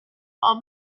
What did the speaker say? all